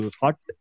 hot